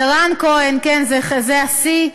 ורן כהן, כן, זה השיא.